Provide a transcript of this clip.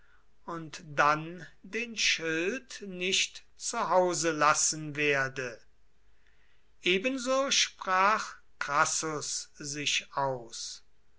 und dann den schild nicht zu hause lassen werde ebenso sprach crassus sich aus